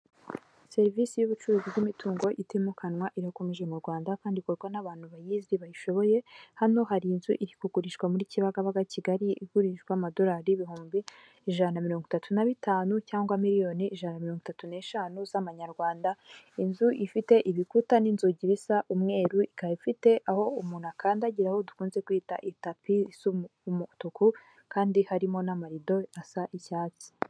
Serivisi y'ubucuruzi bw'imitungo itimukanwa irakomeje mu rwanda kandi ikorwa n'abantu bayizi bayishoboye, hano hari inzu iri kugurishwa muri kibagabaga kigali igurishwa amadolari ibihumbi ijana na mirongo itatu na bitanu cyangwa miliyoni ijana na mirongo itatu n'eshanu z'amanyarwanda inzu ifite ibikuta n'inzugi isa umweru ikaba ifite aho umuntu akandagira aho dukunze kwita itapi isa umutuku kandi harimo n'amarido asa icyatsi.